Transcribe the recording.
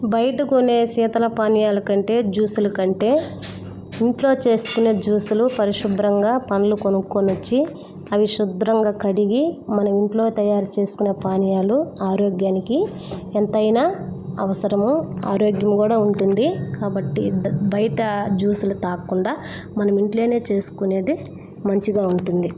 బయట కొనే శీతల పానీయాల కంటే జ్యూసుల కంటే ఇంట్లో చేసుకొనే జ్యూసులు పరిశుభ్రంగా పండ్లు కొనుక్కొని వచ్చి అవి శుభ్రంగా కడిగి మనం ఇంట్లో తయారు చేసుకొనే పానీయాలు ఆరోగ్యానికి ఎంతైన అవసరము ఆరోగ్యము గూడా ఉంటుంది కాబట్టి డా బయట జ్యూసులు త్రాగకుండా మనం ఇంట్లోనే చేసుకునేదే మంచిగా ఉంటుంది